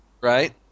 Right